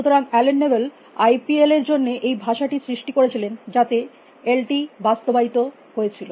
সুতরাং Allen Newell IPL এর জন্য এই ভাষাটি সৃষ্টি করেছিলেন যাতে এলটি বাস্তবায়িত হয়েছিল